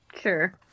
Sure